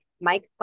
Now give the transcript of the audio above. Mike